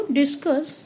discuss